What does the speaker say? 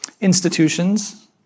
institutions